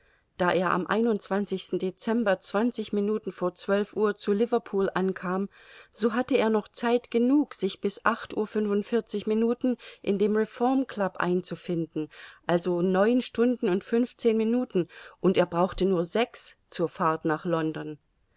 da er am dezember minuten vor zwölf uhr zu liverpool ankam so hatte er noch zeit genug sich bis acht uhr fünfundvierzig minuten in dem reform club einzufinden also neun stunden und fünfzehn minuten und er brauchte nur sechs zur fahrt nach london